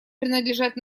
принадлежать